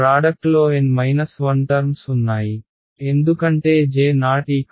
ప్రాడక్ట్లో N 1 terms ఉన్నాయి ఎందుకంటే ji